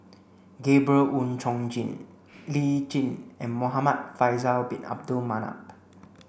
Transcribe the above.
Gabriel Oon Chong Jin Lee Tjin and Muhamad Faisal bin Abdul Manap